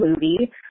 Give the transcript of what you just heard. movie